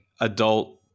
adult